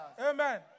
Amen